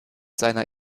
seiner